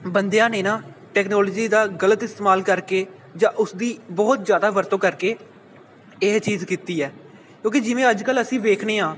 ਬੰਦਿਆ ਨੇ ਨਾ ਟੈਕਨੋਲਜੀ ਦਾ ਗਲਤ ਇਸਤੇਮਾਲ ਕਰ ਕੇ ਜਾਂ ਉਸ ਦੀ ਬਹੁਤ ਜ਼ਿਆਦਾ ਵਰਤੋਂ ਕਰ ਕੇ ਇਹ ਚੀਜ਼ ਕੀਤੀ ਹੈ ਕਿਉਂਕਿ ਜਿਵੇਂ ਅੱਜ ਕੱਲ੍ਹ ਅਸੀਂ ਵੇਖਦੇ ਹਾਂ